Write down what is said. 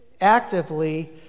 actively